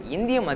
India